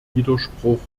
widerspruch